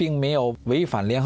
being male we finally